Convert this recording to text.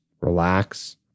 relax